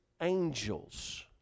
angels